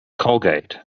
colgate